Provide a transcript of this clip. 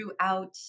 throughout